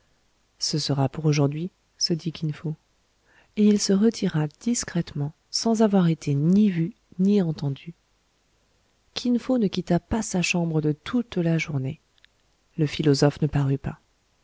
ce sera pour aujourd'hui se dit kin fo et il se retira discrètement sans avoir été ni vu ni entendu kin fo ne quitta pas sa chambre de toute la journée le philosophe ne parut pas